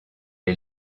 est